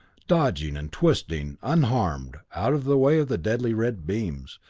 dodging and twisting, unharmed, out of the way of the deadly red beams,